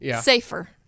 safer